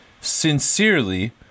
Sincerely